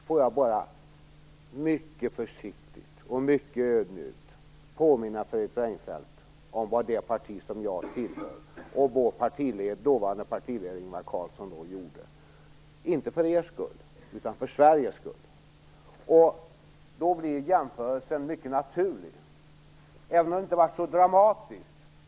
Får jag bara mycket försiktigt och mycket ödmjukt påminna Fredrik Reinfeldt om vad det parti som jag tillhör och vår dåvarande partiledare Ingvar Carlsson då gjorde, inte för er skull, utan för Sveriges skull. Då blir jämförelsen mycket naturlig, även om det inte har varit så dramatiskt.